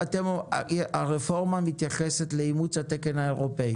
הרפורמה מתייחסת לאימוץ התקן האירופאי.